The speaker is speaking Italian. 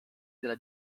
della